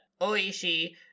Oishi